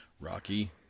Rocky